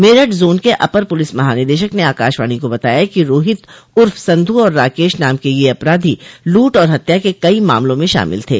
Meerut zone के अपर police महानिदेशक ने आकाशवाणी को बताया कि रोहित उर्फ संधू और राकेश नाम के ये अपराधी लूट और हत्या के कई मामलों में शामिल थे